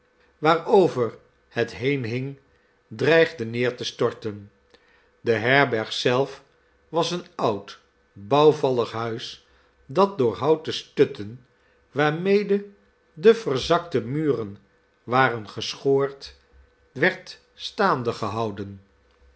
waarover het heen hing dreigde neer te storten de herberg zelf was een oud bouwvallig huis dat door houten stutten waarmede de verzakte muren waren geschoord werd staande gehouden